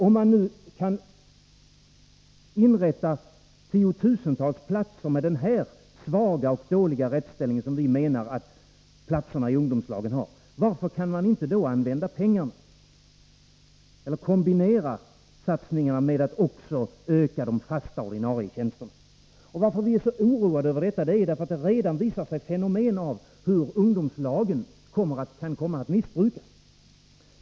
Om man nu kan inrätta 10 000-tals arbeten med denna svaga och dåliga rättsställning som vi menar att platserna i ungdomslag innebär, varför kan man då inte kombinera de satsningarna med att öka antalet fasta, ordinarie tjänster? Att vi är så oroade över detta beror på att det redan har synts tecken på hur ungdomslagen kan komma att missbrukas.